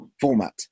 format